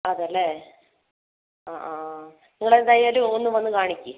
അതെയല്ലേ ആ ആ നിങ്ങളെന്തായാലും ഒന്ന് വന്ന് കാണിക്ക്